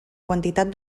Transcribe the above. quantitat